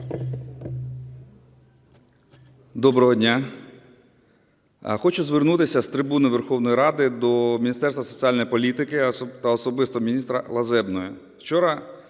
Доброго дня! Хочу звернутися з трибуни Верховної Ради до Міністерства соціальної політики та особисто міністра Лазебної